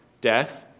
death